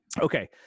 Okay